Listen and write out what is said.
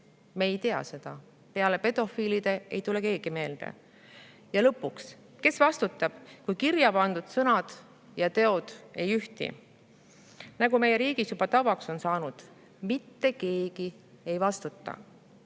Me ei tea seda ja peale pedofiilide ei tule [mul] kedagi meelde. Ja lõpuks, kes vastutab, kui kirja pandud sõnad ja teod ei ühti omavahel? Nagu meie riigis juba tavaks on saanud, siis mitte keegi ei vastuta.